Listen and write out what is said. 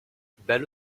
belle